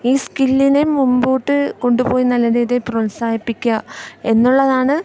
ഈ സ്കില്ലിനെ മുമ്പോട്ട് കൊണ്ടുപോയി നല്ല രീതി പ്രോത്സാഹിപ്പിക്കുക എന്നുള്ളതാണ്